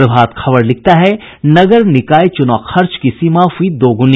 प्रभात खबर लिखता है नगर निकाय चुनाव खर्च की सीमा हुई दोगुनी